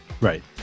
Right